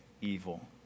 evil